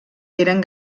eren